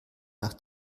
nach